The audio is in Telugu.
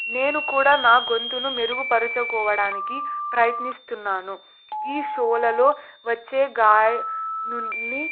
నేను కూడా నా గొంతును మెరుగుపరుచుకోవడానికి ప్రయత్నిస్తున్నాను ఈ షోలలో వచ్చే గాయకుల్ని